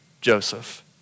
Joseph